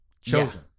Chosen